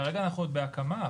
כרגע אנחנו עוד בהקמה.